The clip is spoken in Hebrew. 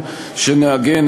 דמיוני,